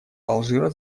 алжира